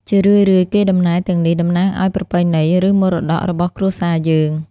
ជារឿយៗ កេរដំណែលទាំងនេះតំណាងឲ្យ ប្រពៃណី ឬ មរតក របស់គ្រួសារយើង។